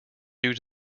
due